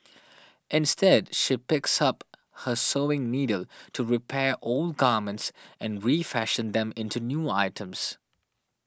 instead she picks up her sewing needle to repair old garments and refashion them into new items